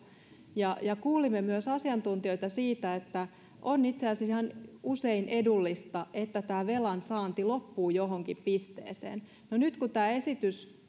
kuulimme myös asiantuntijoita siitä että on itse asiassa usein ihan edullista että velansaanti loppuu johonkin pisteeseen nyt kun tämä esitys